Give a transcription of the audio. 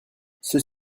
ceux